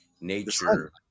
nature